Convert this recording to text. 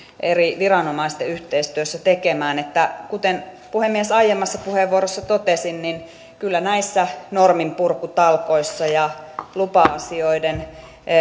eri viranomaisten yhteistyössä tekemään kuten puhemies aiemmassa puheenvuorossani totesin kyllä näissä norminpurkutalkoissa ja lupa asioiden